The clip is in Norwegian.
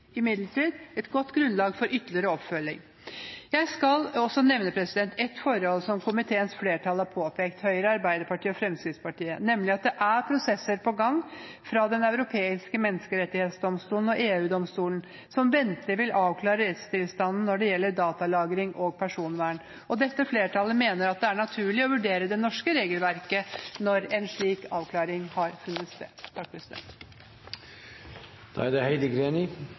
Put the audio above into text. imidlertid et godt grunnlag for ytterligere oppfølging. Jeg skal også nevne et forhold som komiteens flertall, Høyre, Arbeiderpartiet og Fremskrittspartiet, har påpekt, nemlig at det er prosesser på gang fra Den europeiske menneskerettighetsdomstolen og EU-domstolen som ventelig vil avklare rettstilstanden når det gjelder datalagring og personvern. Dette flertallet mener det er naturlig å vurdere det norske regelverket når en slik avklaring har funnet sted. «Aldri har det vært mer oppmerksomhet om personvernspørsmål og aldri har det